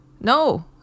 No